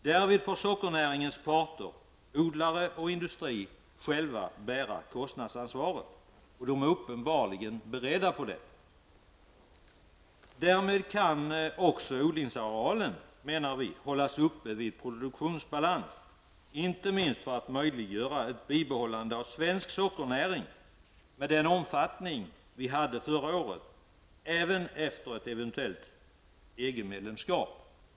Därvid får sockernäringens parter, odlare och industri, själva bära kostnadsansvaret. De är uppenbarligen beredda på det. Därmed kan också odlingsarealen, menar vi, hållas uppe vid produktionsbalans, inte minst för att möjliggöra ett bibehållande av svensk sockernäring av den omfattning vi hade förra året, även efter ett eventuellt EG-medlemskap.